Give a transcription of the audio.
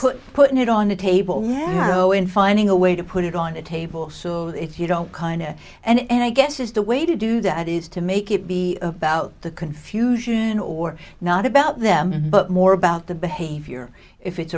putting it on the table narrow in finding a way to put it on the table so that if you don't kind of and i guess is the way to do that is to make it be about the confusion or not about them but more about the behavior if it's